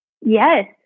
Yes